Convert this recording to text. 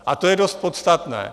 A to je dost podstatné.